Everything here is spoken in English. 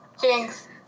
Jinx